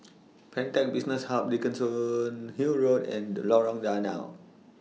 Pantech Business Hub Dickenson Hill Road and Lorong Danau